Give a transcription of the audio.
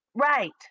Right